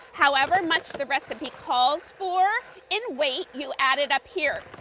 however much the recipe calls for in weight, you add it up here.